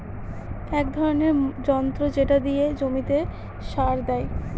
এক ধরনের যন্ত্র যেটা দিয়ে জমিতে সার দেয়